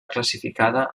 classificada